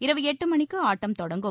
இரவு எட்டு மணிக்கு ஆட்டம் தொடங்கும்